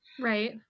Right